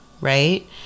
right